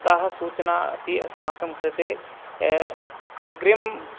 ताः सूचना अपि अस्माकं कृते अग्रिम